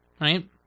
Right